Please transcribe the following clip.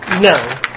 No